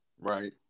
Right